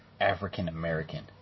African-American